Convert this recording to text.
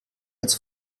als